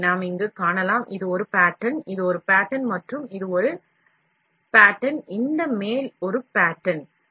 எனவே நாம் இங்கே காணலாம் இது ஒரு pattern இது ஒரு pattern மற்றும் இது ஒரு pattern இந்த மேல் ஒரு pattern